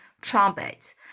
trumpet